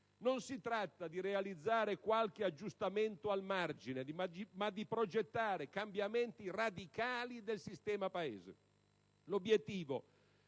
Non si tratta di realizzare qualche aggiustamento al margine, ma di progettare cambiamenti radicali del sistema Paese. L'obiettivo